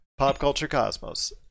PopCultureCosmos